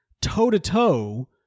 toe-to-toe